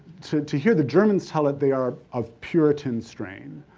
to to hear the germans tell it, they are of puritan strain